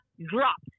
dropped